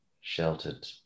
sheltered